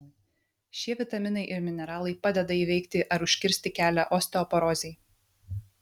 šie vitaminai ir mineralai padeda įveikti ar užkirsti kelią osteoporozei